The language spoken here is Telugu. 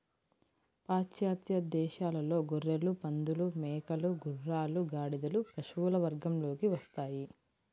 పాశ్చాత్య దేశాలలో గొర్రెలు, పందులు, మేకలు, గుర్రాలు, గాడిదలు పశువుల వర్గంలోకి వస్తాయి